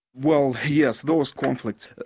well yes, those conflicts.